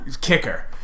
Kicker